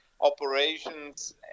operations